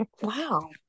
Wow